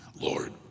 Lord